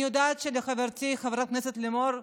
אני יודעת שלחברתי חברת הכנסת לימור,